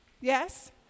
Yes